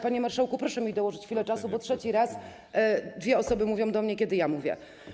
Panie marszałku, proszę mi dołożyć chwilę czasu, bo trzeci raz dwie osoby mówią do mnie, kiedy ja mówię.